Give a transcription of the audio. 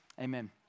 amen